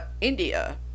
India